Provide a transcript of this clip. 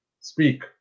Speak